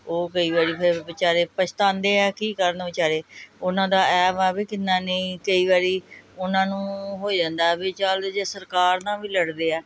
ਉਹ ਕਈ ਵਾਰੀ ਫਿਰ ਵਿਚਾਰੇ ਪਛਤਾਉਂਦੇ ਆ ਕੀ ਕਰਨ ਵਿਚਾਰੇ ਉਹਨਾਂ ਦਾ ਇਹ ਵਾ ਵੀ ਕਿੰਨਾ ਨਹੀਂ ਕਈ ਵਾਰੀ ਉਹਨਾਂ ਨੂੰ ਹੋ ਜਾਂਦਾ ਵੀ ਚੱਲ ਜੇ ਸਰਕਾਰ ਨਾਲ ਵੀ ਲੜਦੇ ਆ